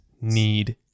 need